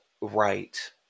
right